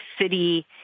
city